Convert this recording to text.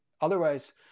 Otherwise